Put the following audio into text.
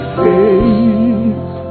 face